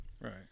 Right